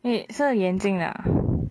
wait 是眼睛 ah